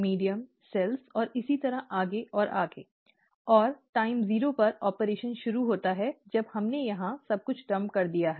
medium कोशिकाओं और इसी तरह आगे और आगे और समय शून्य पर ऑपरेशन शुरू होता है जब हमने यहां सब कुछ डंप कर दिया है